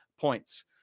points